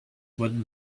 what